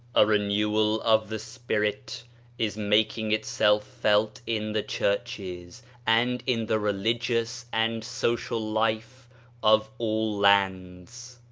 a renewal of the spirit is making itself felt in the churches and in the religious and social life of all lands.